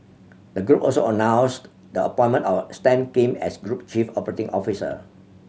the group also announced the appointment of Stan Kim as group chief operating officer